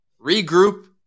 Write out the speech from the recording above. Regroup